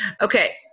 okay